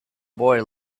boy